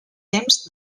temps